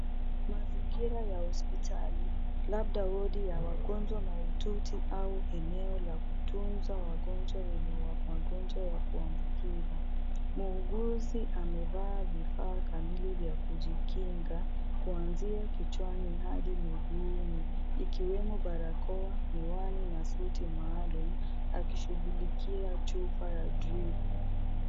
Mazingira ya hospitali, labda wadi ya wagonjwa mahututi au eneo la kutunza wagonjwa wenye magonjwa ya kuambukiza. Muuguzi amevaa vifaa kamili vya kujikinga kuanzia kichwani hadi miguuni ikiwemo barakoa, miwani na suti maalum akishughulikia chupa ya dripu.